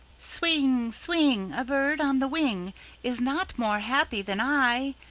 swing! swing! a bird on the wing is not more happy than i!